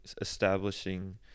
establishing